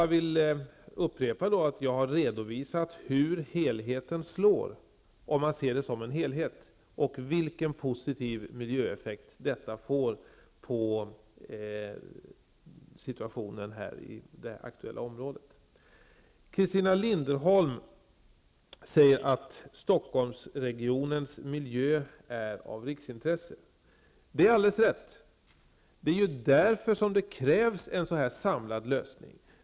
Jag vill upprepa att jag har redovisat hur just helheten så att säga slår och vilken positiv miljöeffekt detta får för situationen i det aktuella området. Christina Linderholm säger att Stockholmsregionens miljö är av riksintresse, och det är alldeles rätt. Det är ju därför som det krävs en samlad lösning.